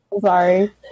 sorry